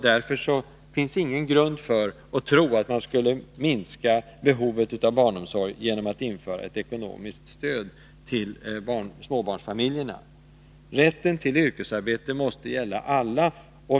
Därför finns det ingen grund för att tro att vi skulle minska behovet av barnomsorg genom att införa ett ekonomiskt stöd till småbarnsfamiljerna. Rätten till yrkesarbete måste gälla alla.